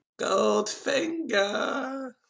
Goldfinger